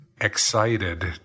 excited